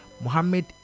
Mohammed